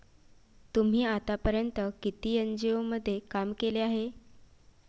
तुम्ही आतापर्यंत किती एन.जी.ओ मध्ये काम केले आहे?